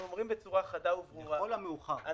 לכל המאוחר.